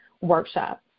workshop